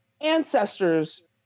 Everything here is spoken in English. ancestors